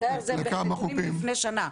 זה נתונים מלפני שנה.